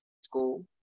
school